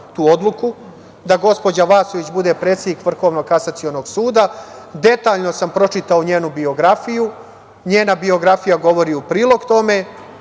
da gospođa Vasović bude predsednik Vrhovnog kasacionog suda. Detaljno sam pročitao njenu biografiju. Njena biografija govori u prilog tome